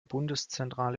bundeszentrale